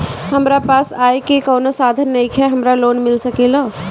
हमरा पास आय के कवनो साधन नईखे हमरा लोन मिल सकेला?